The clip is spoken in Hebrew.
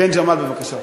ג'מאל, בבקשה.